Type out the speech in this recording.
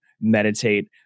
meditate